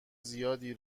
زیادی